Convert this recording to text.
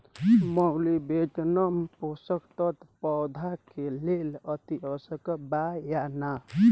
Molybdenum पोषक तत्व पौधा के लेल अतिआवश्यक बा या न?